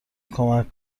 کمک